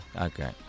Okay